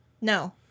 no